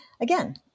again